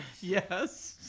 Yes